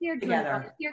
together